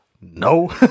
No